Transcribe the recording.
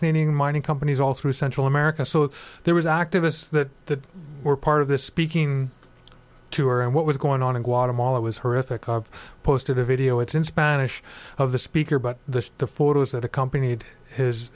cleaning mining companies all through central america so there was activists that were part of this speaking to or and what was going on in guatemala was horrific i've posted a video it's in spanish of the speaker but the photos that accompanied his